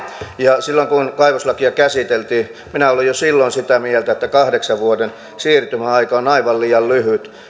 ja silloin kun kaivoslakia käsiteltiin minä olin jo silloin sitä mieltä että kahdeksan vuoden siirtymäaika on aivan liian lyhyt